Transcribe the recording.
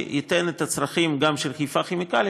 שימלא את הצרכים גם של חיפה כימיקלים